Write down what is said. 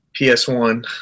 PS1